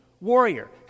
warrior